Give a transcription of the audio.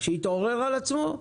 שיתעורר על עצמו?